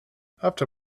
after